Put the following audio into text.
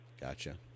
Gotcha